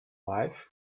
life